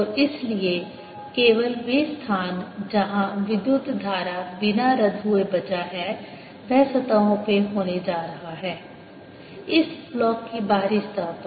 और इसलिए केवल वे स्थान जहां विद्युत धारा बिना रद्द हुए बचा है वह सतहों पर होने जा रहा है इस ब्लॉक की बाहरी सतह पर